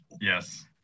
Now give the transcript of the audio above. Yes